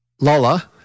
Lola